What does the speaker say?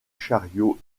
chariot